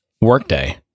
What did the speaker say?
Workday